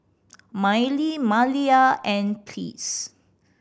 Mylie Maliyah and Pleas